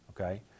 okay